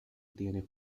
tiene